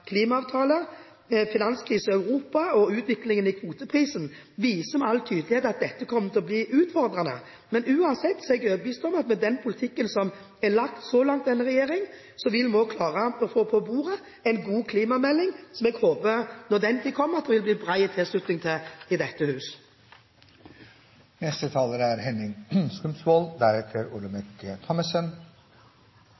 klimaavtale, finanskrisen i Europa og utviklingen i kvoteprisen med all tydelighet viser at dette kommer til å bli utfordrende. Uansett er jeg overbevist om at med den politikken som er lagt av denne regjering så langt, vil vi også klare å få på bordet en god klimamelding, som jeg håper – når den tid kommer – det vil bli bred tilslutning til i dette hus. Mitt innlegg var egentlig basert på representanten Serigstad Valens hovedinnlegg, men etter å ha hørt representanten Sund er